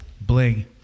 Bling